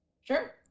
Sure